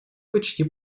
почти